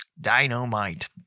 dynamite